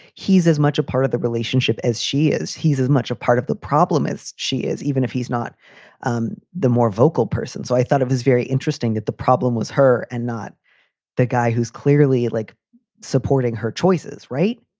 he's as much a part of the relationship as she is. he's as much a part of the problem as she is, even if he's not um the more vocal person. so i thought it was very interesting that the problem was her and not the guy who's clearly like supporting her choices. right?